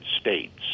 States